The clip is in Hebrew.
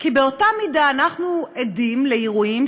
כי באותה מידה אנחנו עדים לאירועים,